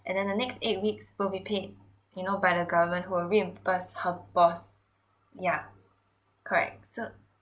and then the next eight weeks will be paid you know by the government who will reimburse her boss yeah correct so